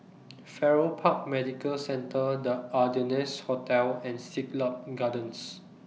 Farrer Park Medical Centre The Ardennes Hotel and Siglap Gardens